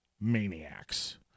Maniacs